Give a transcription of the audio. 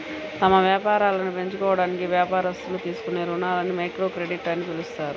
తమ వ్యాపారాలను పెంచుకోవడానికి వ్యాపారస్తులు తీసుకునే రుణాలని మైక్రోక్రెడిట్ అని పిలుస్తారు